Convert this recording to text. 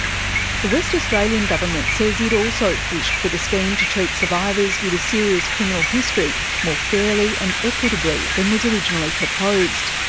the west australian government says it also pushed for the scheme to treat survivors with a serious criminal history more fairly and equitably than was originally proposed.